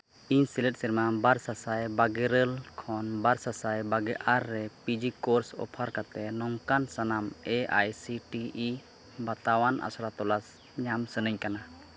ᱤᱧ ᱥᱮᱞᱮᱫ ᱥᱮᱨᱢᱟ ᱵᱟᱨ ᱥᱟᱼᱥᱟᱭ ᱵᱟᱨᱮ ᱤᱨᱟᱹᱞ ᱠᱷᱚᱱ ᱵᱟᱨ ᱥᱟᱼᱥᱟᱭ ᱵᱟᱜᱮ ᱟᱨ ᱨᱮ ᱯᱤᱡᱤ ᱠᱳᱨᱥ ᱚᱯᱷᱟᱨ ᱠᱟᱛᱮ ᱱᱚᱝᱠᱟᱱ ᱥᱟᱱᱟᱢ A I C T E ᱵᱟᱛᱟᱣᱟᱱ ᱟᱥᱲᱟ ᱛᱚᱞᱟᱥ ᱧᱟᱢ ᱥᱟᱱᱟᱹᱧ ᱠᱟᱱᱟ